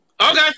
Okay